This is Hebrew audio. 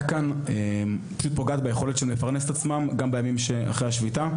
כאן פשוט פוגעת ביכולת לפרנס את עצמם גם בימים שאחרי השביתה.